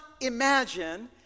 imagine